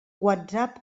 whatsapp